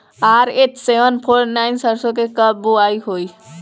RH seven four nine सरसो के कब बुआई होई?